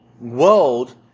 world